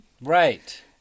Right